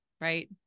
right